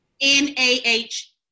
N-A-H